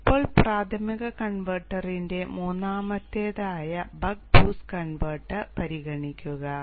ഇപ്പോൾ പ്രാഥമിക കൺവെർട്ടറിന്റെ മൂന്നാമത്തേതായ ബക്ക് ബൂസ്റ്റ് കൺവെർട്ടർ പരിഗണിക്കുക